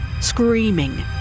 screaming